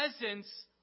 presence